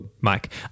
mike